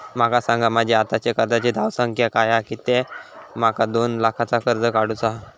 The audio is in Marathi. माका सांगा माझी आत्ताची कर्जाची धावसंख्या काय हा कित्या माका दोन लाखाचा कर्ज काढू चा हा?